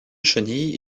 chenille